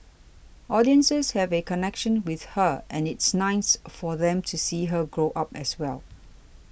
audiences have a connection with her and it's nice for them to see her grow up as well